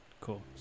cool